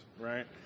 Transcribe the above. right